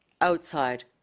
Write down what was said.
outside